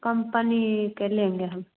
company का लेंगे हम